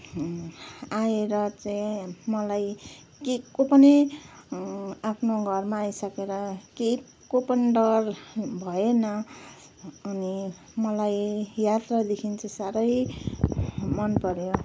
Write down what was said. आएर चाहिँ मलाई के को पनि आफ्नो घरमा आइसकेर के को पनि डर भएन अनि मलाई यात्रादेखि चाहिँ साह्रै मनपऱ्यो